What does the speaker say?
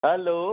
hello